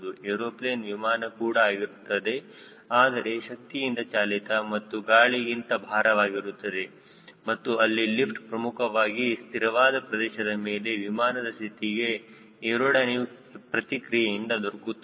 aeroplane ವಿಮಾನ ಕೂಡ ಆಗಿರುತ್ತದೆ ಆದರೆ ಶಕ್ತಿಯಿಂದ ಚಾಲಿತ ಮತ್ತು ಗಾಳಿಗಿಂತ ಭಾರವಾಗಿರುತ್ತದೆ ಮತ್ತು ಅಲ್ಲಿ ಲಿಫ್ಟ್ ಪ್ರಮುಖವಾಗಿ ಸ್ಥಿರವಾದ ಪ್ರದೇಶದ ಮೇಲೆ ವಿಮಾನದ ಸ್ಥಿತಿಗೆ ಏರೋಡೈನಮಿಕ್ ಪ್ರತಿಕ್ರಿಯೆಯಿಂದ ದೊರಕುತ್ತದೆ